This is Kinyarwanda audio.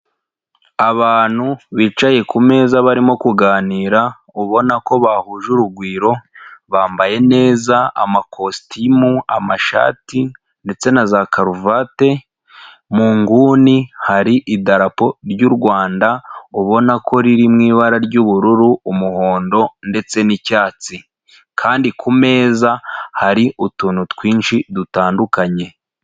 Abantu bicaye ku meza barimo kuganira, ubona ko bahuje urugwiro, bambaye neza amakositimu, amashati ndetse na za karuvati, mu nguni hari idarapo ry'u Rwanda ubona ko riri mu ibara ry'ubururu, umuhondo ndetse n'icyatsi, kandi ku meza hari utuntu twinshi dutandukanye.